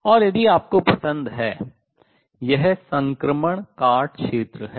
और यदि आपको पसंद है यह संक्रमण काट क्षेत्र है